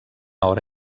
hora